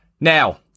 now